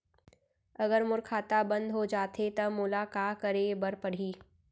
अगर मोर खाता बन्द हो जाथे त मोला का करे बार पड़हि?